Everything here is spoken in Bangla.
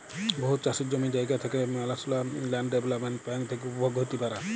বহুত চাষের জমি জায়গা থ্যাকা মালুসলা ল্যান্ড ডেভেলপ্মেল্ট ব্যাংক থ্যাকে উপভোগ হ্যতে পারে